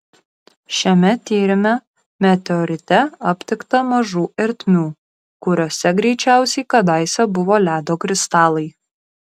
šiame tyrime meteorite aptikta mažų ertmių kuriose greičiausiai kadaise buvo ledo kristalai